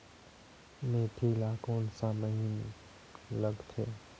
मेंथी ला कोन सा महीन लगथे?